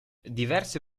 diverse